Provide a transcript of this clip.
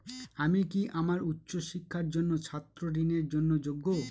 আমি কি আমার উচ্চ শিক্ষার জন্য ছাত্র ঋণের জন্য যোগ্য?